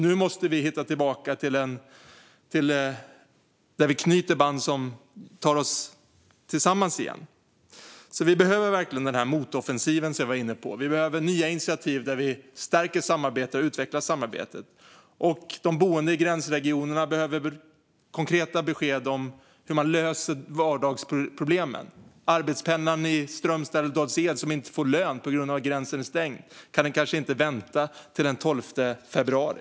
Nu måste vi knyta band som för oss samman igen. Vi behöver verkligen den motoffensiv som jag var inne på. Vi behöver nya initiativ där vi stärker och utvecklar samarbetet. De boende i gränsregionerna behöver konkreta besked om hur man löser vardagsproblemen. Arbetspendlarna i Strömstad eller Dals-Ed som inte får lön på grund av att gränsen är stängd kan kanske inte vänta till den 12 februari.